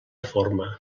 forma